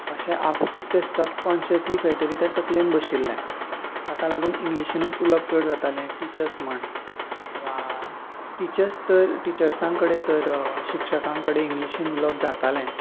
अशें आपसूक ते सबकॉन्शयसली खंय तरी तें तकलेन बशिल्लें ताका लागून इंग्लिशींनूत उलोवप चड जातालें टिचर्स म्हण वा टिचर्स तर टिचर्सां कडेन तर शिक्षकां कडेन इंग्लिशीन उलोवप जातालेंच